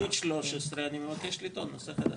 על הסתייגות 13 אני מבקש לטעון נושא חדש.